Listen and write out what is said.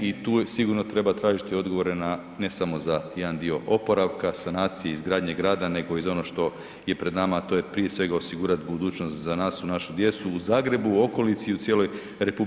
i tu sigurno treba tražiti odgovore na ne samo za jedan dio oporavka, sanacije i izgradnje grada nego ono što je pred nama, a to je prije svega osigurat budućnost za nas i našu djecu u Zagrebu, u okolici i cijeloj RH,